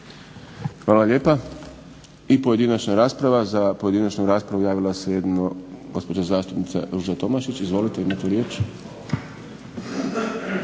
Hvala lijepa. I pojedinačna rasprava. Za pojedinačnu raspravu javila se jedino gospođa zastupnica Ruža Tomašić. Izvolite, imate riječ.